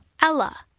Ella